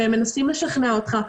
והם מנסים לשכנע אותך.